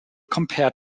compared